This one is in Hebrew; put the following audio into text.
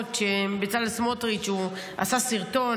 ההטבות שבצלאל סמוטריץ' הוא עשה סרטון,